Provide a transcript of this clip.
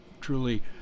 truly